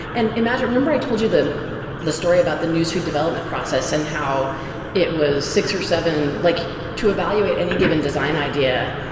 and remember, i told you the the story about the newsfeed development process and how it was six or seven like to evaluate any given design idea,